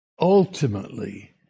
ultimately